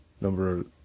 Number